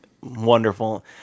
wonderful